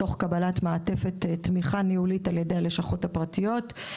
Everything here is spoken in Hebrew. תוך קבלת מעטפת תמיכה ניהולית על ידי הלשכות הפרטיות.